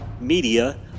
media